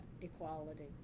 equality